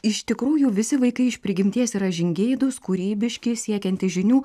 iš tikrųjų visi vaikai iš prigimties yra žingeidūs kūrybiški siekiantys žinių